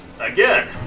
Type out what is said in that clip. Again